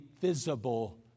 visible